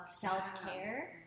self-care